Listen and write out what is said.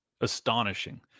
Astonishing